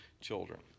children